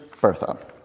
Bertha